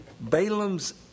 Balaam's